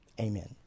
Amen